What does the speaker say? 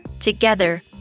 Together